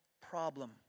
problem